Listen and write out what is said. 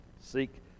Seek